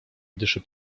dyszy